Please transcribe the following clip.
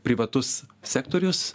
privatus sektorius